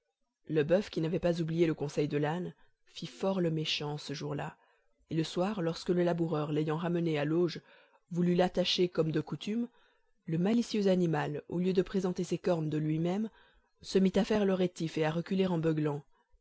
le boeuf qui n'avait pas oublié le conseil de l'âne fit fort le méchant ce jour-là et le soir lorsque le laboureur l'ayant ramené à l'auge voulut l'attacher comme de coutume le malicieux animal au lieu de présenter ses cornes de lui-même se mit à faire le rétif et à reculer en beuglant